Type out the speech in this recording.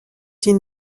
une